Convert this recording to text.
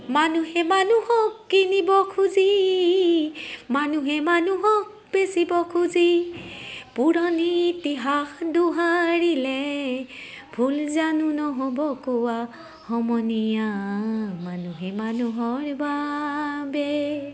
মানুহে মানুহক কিনিব খুজি মানুহে মানুহক বেচিব খুজি পুৰণি ইতিহাস দোহাৰিলে ভুল জানো নহ'ব কোৱা সমনীয়া মানুহে মানুহৰ বাবে